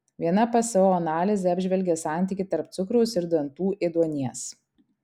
viena pso analizė apžvelgė santykį tarp cukraus ir dantų ėduonies